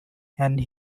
and